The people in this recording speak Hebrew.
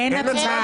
אין הצבעה?